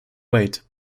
wait